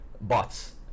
bots